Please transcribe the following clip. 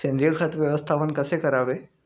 सेंद्रिय खत व्यवस्थापन कसे करावे?